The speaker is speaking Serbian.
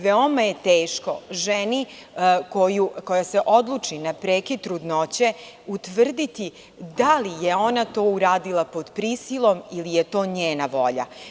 Veoma je teško ženi koja se odluči na prekid trudnoće utvrditi da li je ona to uradila pod prisilom ili je to njena volja.